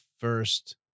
First